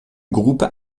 groupe